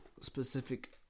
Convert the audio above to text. specific